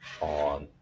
on